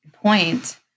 Point